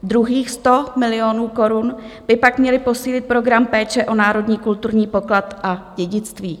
Druhých 100 milionů korun by pak mělo posílit program péče o národní kulturní poklad a dědictví.